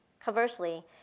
Conversely